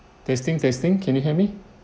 testing testing can you hear me